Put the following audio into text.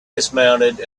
dismounted